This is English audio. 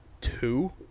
two